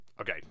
okay